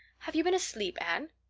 have you been asleep, anne?